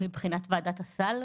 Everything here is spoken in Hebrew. מבחינת ועדת הסל?